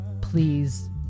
please